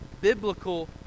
biblical